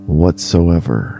whatsoever